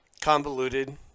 convoluted